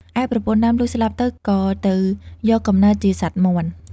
ឯប្រពន្ធដើម លុះស្លាប់ទៅ ក៏ទៅយកកំណើត ជាសត្វមាន់។